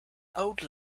old